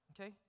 Okay